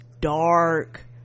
dark